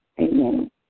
Amen